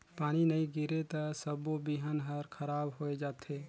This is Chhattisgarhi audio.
पानी नई गिरे त सबो बिहन हर खराब होए जथे